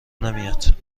نمیاد